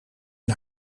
een